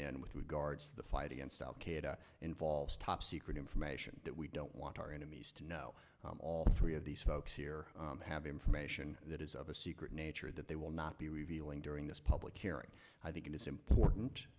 in with regards to the fight against al qaeda involves top secret information that we don't want our enemies to know all three of these folks here have information that is of a secret nature that they will not be revealing during this public hearings i think it is important